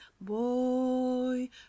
boy